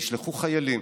נשלחו חיילים.